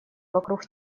вокруг